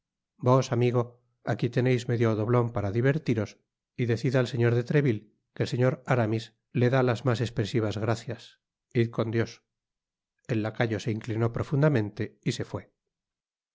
vos amigo aquí teneis medio doblon para divertiros y decid al sepor de treville que el señor aramis le da las mas espresivas gracias id con dios el lacayo se inclinó profundamente y se fué